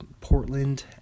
Portland